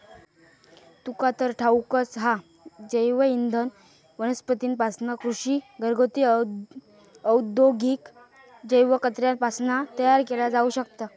तुका तर ठाऊकच हा, जैवइंधन वनस्पतींपासना, कृषी, घरगुती, औद्योगिक जैव कचऱ्यापासना तयार केला जाऊ शकता